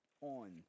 on